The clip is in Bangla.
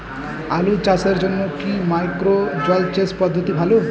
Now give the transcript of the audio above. আলু চাষের জন্য কি মাইক্রো জলসেচ পদ্ধতি ভালো?